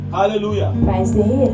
Hallelujah